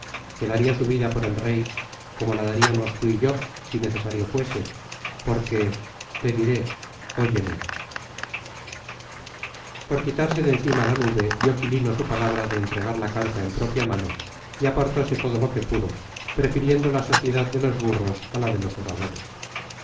daría su vida por el rey como la daríamos tú y yo si necesario fuese porque te diré óyeme por quitarse de encima la nube dio quilino su palabra de entregar la carta en propia mano y apartose todo lo que pudo prefiriendo la sociedad de los burros a la de los oradores